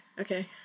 Okay